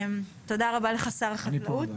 תודה רבה לך שר החקלאות.